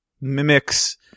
Mimics